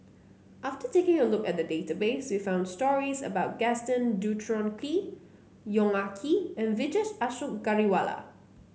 after taking a look at the database we found stories about Gaston Dutronquoy Yong Ah Kee and Vijesh Ashok Ghariwala